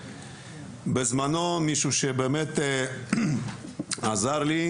בזמנו מישהו שבאמת עזר לי,